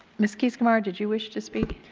mrs. keys-gamarra, did you wish to speak?